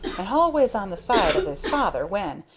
and halways on the side of is father, when,